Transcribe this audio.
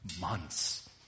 months